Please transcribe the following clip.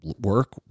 work